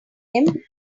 him